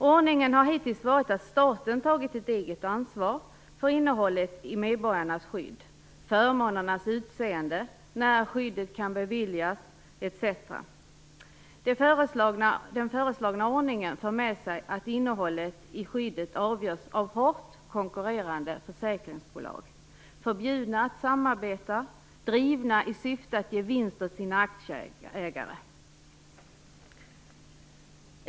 Ordningen har hittills varit att staten tagit ett eget ansvar för innehållet i medborgarnas skydd, förmånernas utseende, när skyddet kan beviljas etc. Den föreslagna ordningen för med sig att innehållet i skyddet avgörs av hårt konkurrerande försäkringsbolag - förbjudna att samarbeta, drivna i syfte att ge vinst åt sina aktieägare.